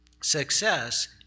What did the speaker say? Success